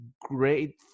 great